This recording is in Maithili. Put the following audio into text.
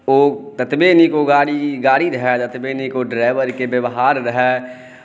ओ ततबे नीक गाड़ी रहै ओतबे नीक ओ ड्राइवरकेँ व्यवहार रहै